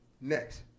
next